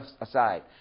aside